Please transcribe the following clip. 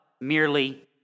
merely